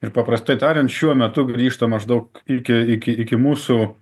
ir paprastai tariant šiuo metu grįžta maždaug iki iki iki mūsų